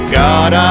god